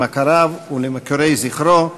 למכריו ולמוקירי זכרו.